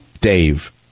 Dave